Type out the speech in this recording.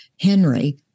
Henry